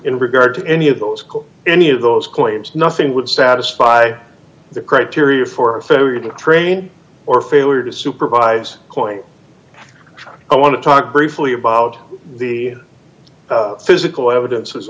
in regard to any of those call any of those claims nothing would satisfy the criteria for a failure to train or fail or to supervise point i want to talk briefly about the physical evidence as